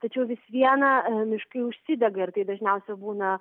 tačiau vis viena miškai užsidega ir tai dažniausia būna